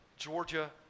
Georgia